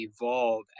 evolve